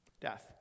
Death